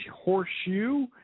Horseshoe